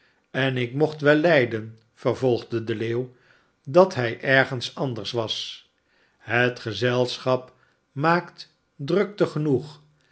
en ik mocht wel lijden vervolgde de leeuw dat hij ergens anders was het gezelschap maakt drukte genoeg